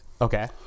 Okay